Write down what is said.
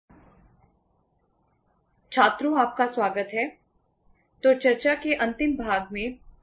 छात्रों आपका स्वागत है